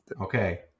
Okay